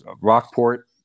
rockport